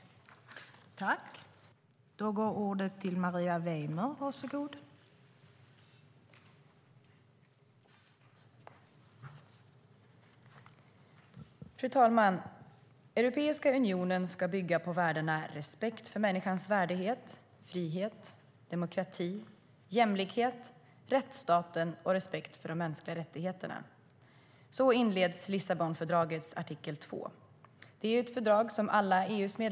Då Birgitta Ohlsson, som framställt interpellationen, på grund av ledighet från uppdraget som riksdagsledamot inte var närvarande vid sammanträdet medgav tredje vice talmannen att Maria Weimer i stället fick delta i överläggningen.